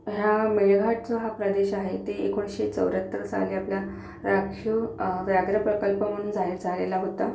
हा मेळघाट जो हा प्रदेश आहे ते एकोणीसशे चौऱ्याहत्तर साली आपला राखीव व्याघ्र प्रकल्प म्हणून जाहीर झालेला होता